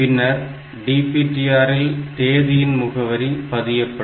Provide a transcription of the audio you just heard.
பின்னர் DPTR இல் தேதியின் முகவரி பதியப்படும்